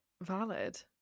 Valid